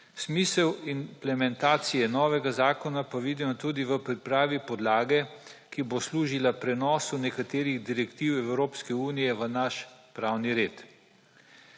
Smisel implementacije novega zakona pa vidimo tudi v pripravi podlage, ki bo služila prenosu nekaterih direktiv EU v naš pravi red.